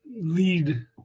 lead